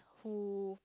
who